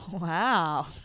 Wow